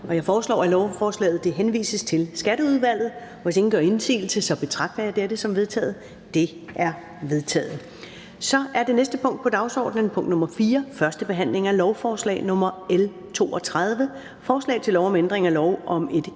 Jeg foreslår, at lovforslaget henvises til Skatteudvalget. Hvis ingen gør indsigelse, betragter jeg dette som vedtaget. Det er vedtaget. --- Det næste punkt på dagsordenen er: 5) 1. behandling af lovforslag nr. L 14: Forslag til lov om ændring af lov om Det Centrale